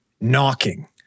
knocking